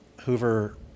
hoover